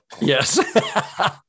yes